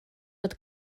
fod